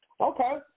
Okay